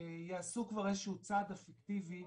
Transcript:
יעשו כבר איזה שהוא צעד אפקטיבי,